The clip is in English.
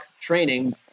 training